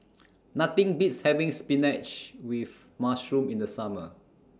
Nothing Beats having Spinach with Mushroom in The Summer